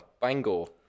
Bangor